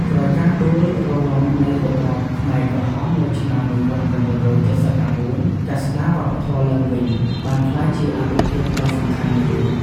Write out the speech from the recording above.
ក្រោយការដួលរលំនៃរបបខ្មែរក្រហមនៅឆ្នាំ១៩៧៩ ការស្តារវប្បធម៌ឡើងវិញ បានក្លាយជាអាទិភាពដ៏សំខាន់មួយ។